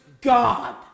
God